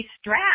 strap